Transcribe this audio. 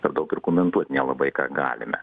per daug ir komentuot nelabai ką galime